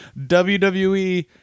WWE